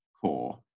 core